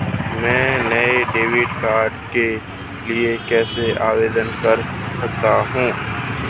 मैं नए debit card के लिए कैसे आवेदन कर सकता हूँ?